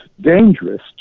dangerous